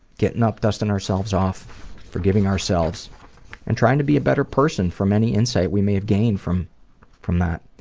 getting up and dusting ourselves off, forgiving ourselves and trying to be a better person from any insight we may have gained from from that.